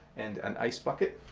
and an ice bucket.